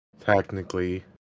Technically